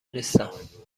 نیستم